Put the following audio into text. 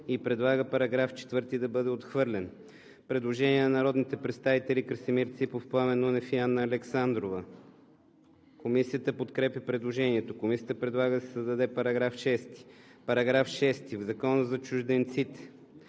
и предлага § 4 да бъде отхвърлен. Предложение от народните представители Красимир Ципов, Пламен Нунев и Анна Александрова. Комисията подкрепя предложението. Комисията предлага да се създаде § 6: „§ 6. В Закона за чужденците